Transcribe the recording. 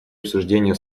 обсуждения